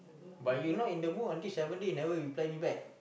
but you not in the mood until seven day you never reply me back